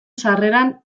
sarreran